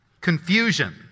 Confusion